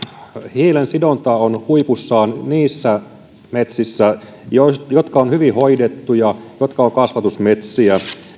hiilensidonta on huipussaan niissä metsissä jotka ovat hyvin hoidettuja jotka ovat kasvatusmetsiä